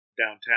downtown